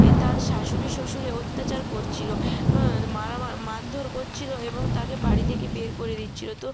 এ তার শাশুড়ি শ্বশুরে অত্যাচার করছিলো মারামার মারধর কচ্ছিলো এবং তাকে বাড়ি থেকে বের করে দিচ্ছিলো তো